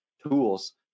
tools